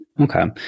Okay